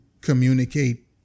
communicate